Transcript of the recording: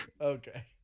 okay